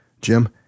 Jim